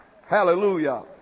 Hallelujah